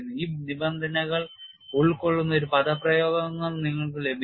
ഈ നിബന്ധനകൾ ഉൾക്കൊള്ളുന്ന ഒരു പദപ്രയോഗം നിങ്ങൾക്ക് ലഭിക്കും